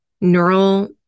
neural